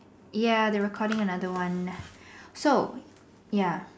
ya they're recording another one so